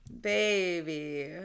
baby